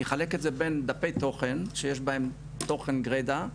אני אחלק את זה בין דפי תוכן שיש בהם תוכן גרידה,